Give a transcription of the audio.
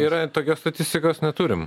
yra tokios statistikos neturim